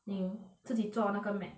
then you 自己做那个 map